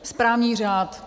Správní řád.